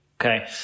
okay